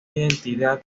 identidad